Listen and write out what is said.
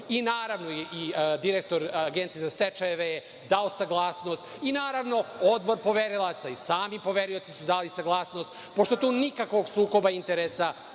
i naravno i direktor Agencije za stečajeve je dao saglasnost i naravno Odbor poverilaca i sami poverioci su dali saglasnost, pošto tu nikakvog sukoba interesa